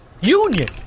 union